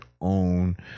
own